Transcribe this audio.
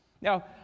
Now